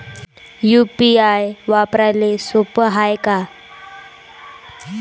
UPI वापराले सोप हाय का?